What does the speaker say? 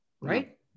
Right